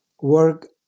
work